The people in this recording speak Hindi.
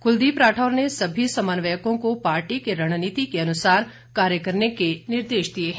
कुलदीप राठौर ने सभी समन्वयकों को पार्टी की रणनीति के अनुसार कार्य करने के निर्देश दिए हैं